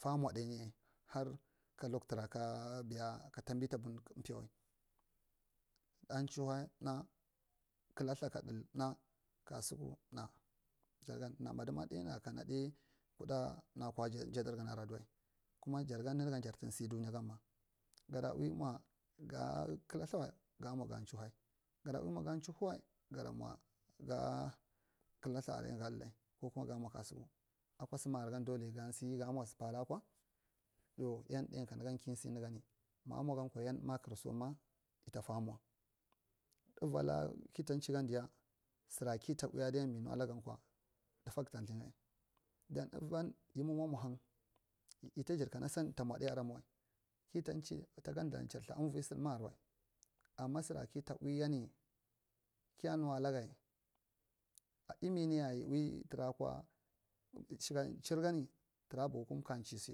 Fa mwa ɗanyi harka loktang ka biya ka tamb, ta bun piyawai ɗai kihue amnai kila itha ka ɗaile amnai kasuku amnai jagan na madima na kana ɗai kuɗa amnai akwa jadaran adadiwai kuma jargan nunugan jartu sey dunyagama gadi ui mwa ga kala lthawal ga mwa ga chihue, gada ui mwa ga chihuewai gada mwa kala ltha aran ga ɗaile kuku ma ga mwa kasuku, akwa sa makar gan dole ga sɗy ga mwa sa patha akwa ka nusan yin ki san nuga mamwa gankwa yan makar soma yida fa mwa, unla kitaci gandiya sera kita ui adiyan mi nu alaik gankwa ɗafac ta lthiaga don uvan yimi ma mwa hang yida jadi kana seng ta mwa ɗai mawal kita chi ta gadda chir ltha uroi saɗa ku makar wai ama sera ki ta ui yan mi kiya nuwalage emin kaya yi ui turakwa cirgani tura buku kumka chisas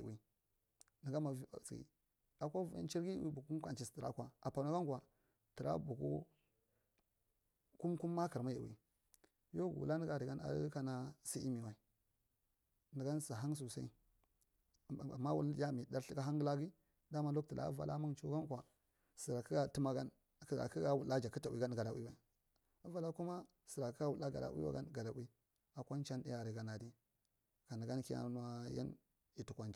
yi ui, akwa ui yi ul buku kumka chisas apanuwa kwa tara kubu kum- kum makar ma yi ui yar gawula nigro argan sda emiwai nigan se hang sosai ama awuld mi dar ta thaka hangange da waktala sera kaga tum a kan gida ui.